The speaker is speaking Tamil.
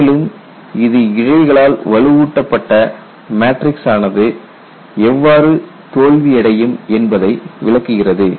மேலும் இது இழைகளால் வலுவூட்டப்பட்ட மேட்ரிக்ஸ் ஆனது எவ்வாறு தோல்வியடையும் என்பதையும் விளக்குகிறது